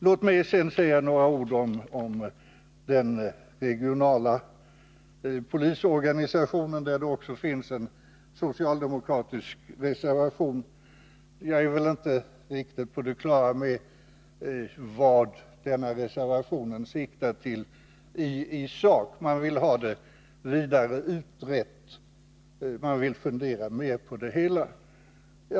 Låt mig sedan säga några ord om den regionala polisorganisationen, där det också finns en socialdemokratisk reservation. Jag är väl inte riktigt på det klara med vad denna reservation siktar till i sak. Man vill ha frågan vidare utredd, man vill fundera mer på det hela.